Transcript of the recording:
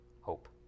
hope